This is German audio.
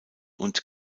und